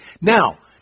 Now